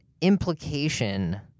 implication